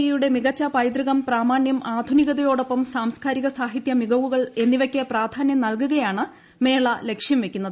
E യുടെ മികച്ച പൈതൃകം പ്രാമാണ്യം ആധുനികതയോടൊപ്പം സാംസ്കാരിക സാഹിത്യ മികവുകൾ എന്നിവയ്ക്ക് പ്രാധാന്യം നൽകുകയാണ് മേള ലക്ഷ്യംവെയ്ക്കുന്നത്